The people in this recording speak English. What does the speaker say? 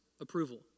approval